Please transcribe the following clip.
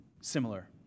similar